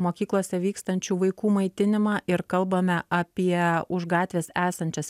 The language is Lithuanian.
mokyklose vykstančių vaikų maitinimą ir kalbame apie už gatvės esančias